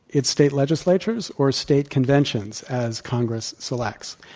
it's state legislatures or state conventions as congress selects.